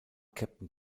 captain